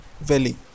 valley